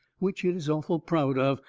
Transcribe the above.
which it is awful proud of,